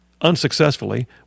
unsuccessfully